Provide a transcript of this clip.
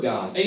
God